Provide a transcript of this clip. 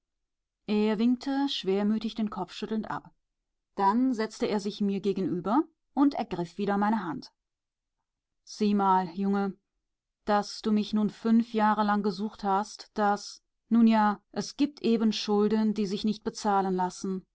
er winkte schwermütig den kopf schüttelnd ab dann setzte er sich mir gegenüber und ergriff wieder meine hand sieh mal junge daß du mich nun fünf jahre lang gesucht hast das nun ja es gibt eben schulden die sich nicht bezahlen lassen